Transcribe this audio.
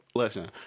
listen